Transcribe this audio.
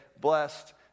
blessed